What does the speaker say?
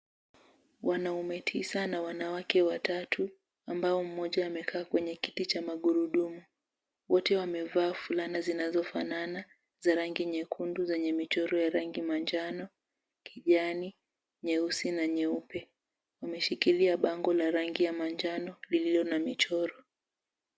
Wanaume tisa na wanawake watatu ambao mmoja amekaa kwenye kiti cha magurudumu. Wote wamevaa fulana zinazofanana za rangi nyekundu zenye michoro ya rangi manjano kijani nyeusi na nyeupe. Wameshikilia bango la rangi ya manjano lililo na michoro.